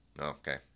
Okay